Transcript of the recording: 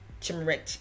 turmeric